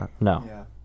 No